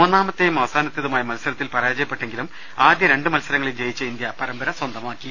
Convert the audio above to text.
മൂന്നാമത്തെയും അവ സാനത്തേതുമായ മത്സരത്തിൽ പരാജയപ്പെട്ടെങ്കിലും ആദ്യ രണ്ട് മത്സരങ്ങളിൽ ജയിച്ച ഇന്ത്യ പരമ്പര സ്വന്തമാക്കി